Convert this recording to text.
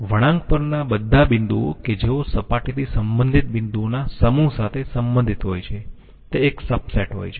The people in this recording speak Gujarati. વળાંક પરના બધા બિંદુઓ કે જેઓ સપાટીથી સંબંધિત બિંદુઓના સમૂહ સાથે સંબંધિત હોય છે તે એક સબસેટ હોય છે